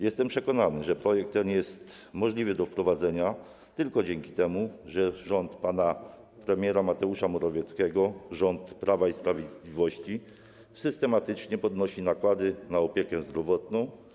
Jestem przekonany, że projekt ten jest możliwy do wprowadzenia tylko dzięki temu, że rząd pana premiera Mateusza Morawieckiego, rząd Prawa i Sprawiedliwości, systematycznie podnosi nakłady na opiekę zdrowotną.